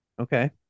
Okay